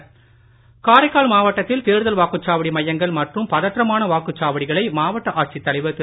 காரைக்கால் காரைக்கால் மாவட்டத்தில் தேர்தல் வாக்குச்சாவடி மையங்கள் மற்றும் பதற்றமான வாக்குச்சாவடிகளை மாவட்ட ஆட்சித் தலைவர் திரு